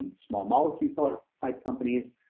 and small molecule type companies.